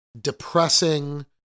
depressing